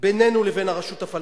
בינינו לבין הרשות הפלסטינית,